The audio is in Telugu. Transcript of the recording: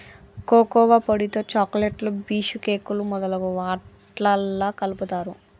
కోకోవా పొడితో చాకోలెట్లు బీషుకేకులు మొదలగు వాట్లల్లా కలుపుతారు